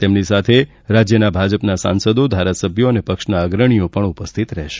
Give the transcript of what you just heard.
તેમની સાથે ભાજપના સાંસદો ધારાસભ્યો અને પક્ષના અગ્રણીઓ પણ ઉપસ્થિત રહેશે